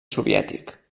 soviètic